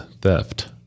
theft